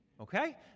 Okay